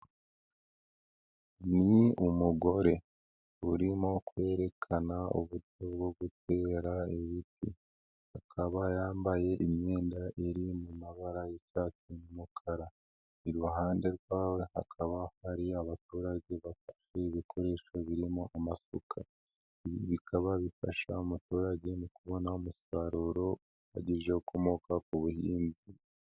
Ni umugore urimo kwerekana uburyo bwo gutera ibiti akaba yambaye imyenda iri mu mabara y'icyatsi n'umukara, iruhande rwawe hakaba hari abaturage bafashe ibikoresho birimo amasuka. Ibi bikaba bifasha umuturage mu kubona umusaruro uhagije ukomoka ku buhinzi.